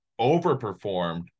overperformed